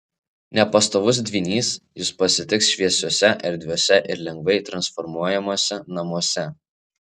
nepastovus dvynys jus pasitiks šviesiuose erdviuose ir lengvai transformuojamuose namuose